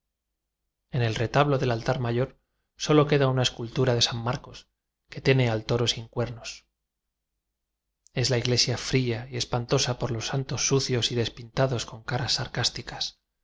en el retablo del altar mayor solo queda una escultura de san marcos que tiene al toro sin cuernos es la iglesia fría y espantosa por los santos sucios y despintados con caras sarcásticas